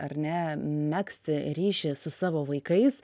ar ne megzti ryšį su savo vaikais